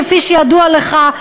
כפי שידוע לך,